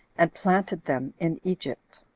and planted them in egypt.